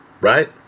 right